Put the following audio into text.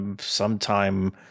sometime